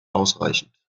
ausreichend